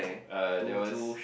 uh there was